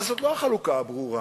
אבל זאת לא החלוקה הברורה